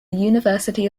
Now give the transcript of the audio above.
university